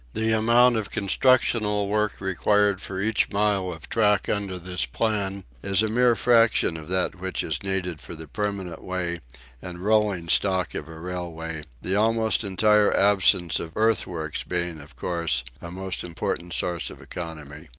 the amount of constructional work required for each mile of track under this plan is a mere fraction of that which is needed for the permanent way and rolling stock of a railway, the almost entire absence of earth-works being, of course, a most important source of economy.